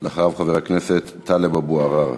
אחריו, חבר הכנסת טלב אבו עראר.